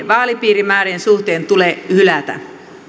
vaalipiirimäärien suhteen tulee hylätä